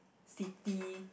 city